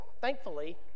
thankfully